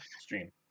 stream